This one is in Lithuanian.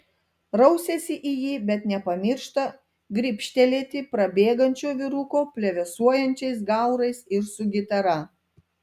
rausiasi į jį bet nepamiršta gribštelėti prabėgančio vyruko plevėsuojančiais gaurais ir su gitara